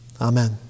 Amen